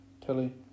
Telly